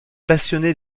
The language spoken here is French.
passionnée